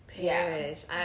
Paris